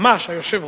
ממש היושב-ראש,